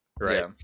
Right